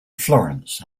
florence